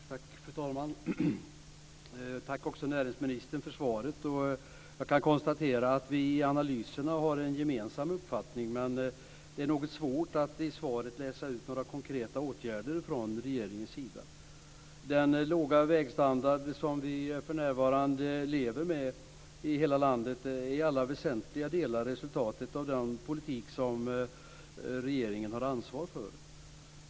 Fru talman! Jag tackar näringsministern för svaret. Jag kan konstatera att vi i analyserna har en gemensam uppfattning men att det är något svårt att ur svaret läsa ut några konkreta åtgärder från regeringens sida. Den låga vägstandard som vi för närvarande lever med i hela landet är i alla väsentliga delar resultatet av den politik som regeringen haft ansvar för.